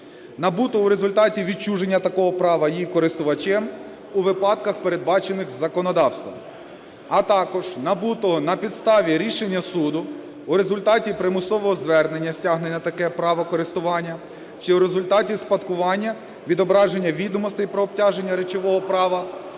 набутого в результаті відчуження такого права її користувачем у випадках, передбачених законодавством а також набутого на підставі рішення суду в результаті примусового звернення (стягнення) таке право користування, чи в результаті спадкування відображення відомостей про обтяження речового права